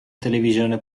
televisione